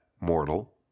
mortal